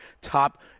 top